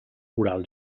oral